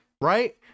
Right